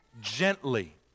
gently